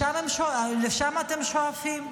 לשם אתם שואפים?